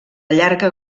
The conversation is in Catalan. llarga